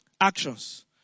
Actions